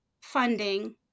funding